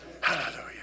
Hallelujah